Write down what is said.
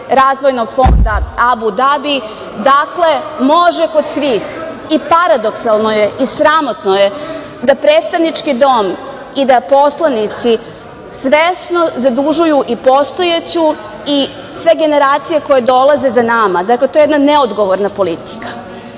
Razvojnog fonda Abu Dabi. Dakle, može kod svih i paradoksalno je i sramotno je da predstavnički dom i da poslanici svesno zadužuju i postojeću i sve generacije koje dolaze za nama. Dakle, to je jedna neodgovorna politika.